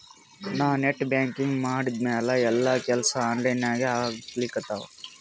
ನಾ net banking ಮಾಡಿದ್ಮ್ಯಾಲ ಎಲ್ಲಾ ಕೆಲ್ಸಾ ಆನ್ಲೈನಾಗೇ ಆಗ್ಲಿಕತ್ತಾವ